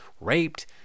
raped